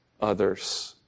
others